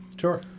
Sure